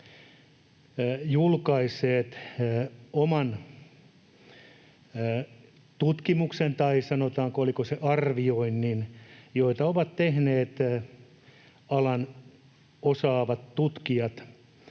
julkaissut oman tutkimuksen, tai oliko se arvioinnin, jota ovat tehneet alan osaavat tutkijat.